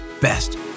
best